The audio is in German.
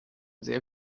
sehr